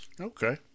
Okay